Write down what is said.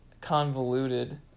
convoluted